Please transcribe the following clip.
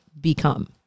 become